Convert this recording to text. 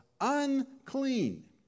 unclean